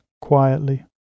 quietly